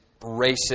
racist